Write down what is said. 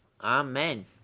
amen